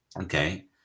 okay